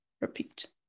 repeat